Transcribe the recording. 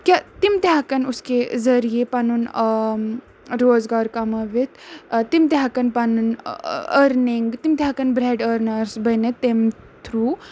کہِ تِم تہِ ہیٚکن اُس کے ذٔریعے پَنُن آ روزگار کَمٲوِتھ تِم تہِ ہیٚکن پَنُن أرنِگ تِم تہِ ہیٚکن بریڈ أرنٲرٕس بٔنِتھ تمہِ تھروٗ